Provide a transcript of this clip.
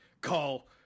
call